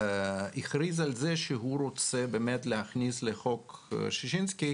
והכריז על זה שהוא רוצה באמת להכניס לחוק ששינסקי